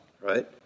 right